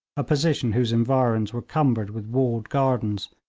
a position whose environs were cumbered with walled gardens,